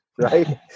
right